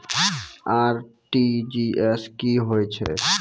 RTGS की होय छै?